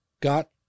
got